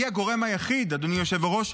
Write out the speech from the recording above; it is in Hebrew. אדוני היושב-ראש,